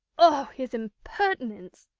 oh, his impertinence!